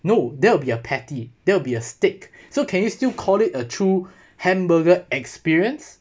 no there'll be a patty there will be a steak so can you still call it a true hamburger experience